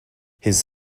his